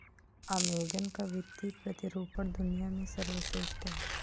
Amazon का वित्तीय प्रतिरूपण दुनिया में सर्वश्रेष्ठ है